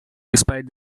despite